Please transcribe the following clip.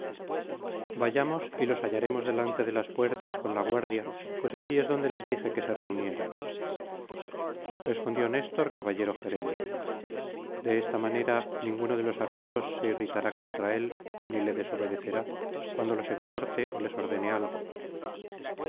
vayamos y los hallaremos delante de las puertas con la guardia pues allí es donde les dije que se reunieran respondió néstor caballero gerenio de esta manera ninguno de los argivos se irritará contra él ni le desobedecerá cuando los exhorte ó les ordene algo